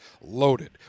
Loaded